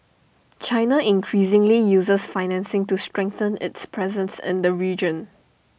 China increasingly uses financing to strengthen its presence in the region